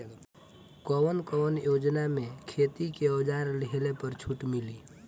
कवन कवन योजना मै खेती के औजार लिहले पर छुट मिली?